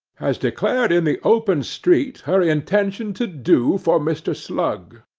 has declared in the open street her intention to do for mr. slug.